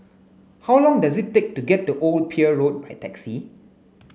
how long does it take to get to Old Pier Road by taxi